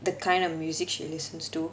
the kind of music she listens to